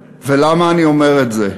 ולמה אני אומר את זה?